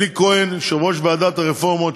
אלי כהן, יושב-ראש ועדת הרפורמות.